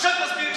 עכשיו תסביר לי.